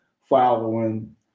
following